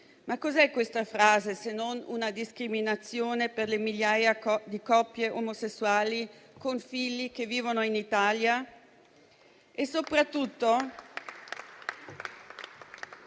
ma cos'è questa frase se non una discriminazione per le migliaia di coppie omosessuali con figli che vivono in Italia?